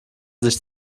sich